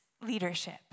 leadership